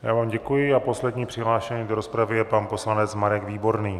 Já vám děkuji a posledním přihlášeným do rozpravy je pan poslanec Marek Výborný.